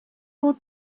your